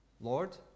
Lord